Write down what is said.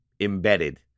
embedded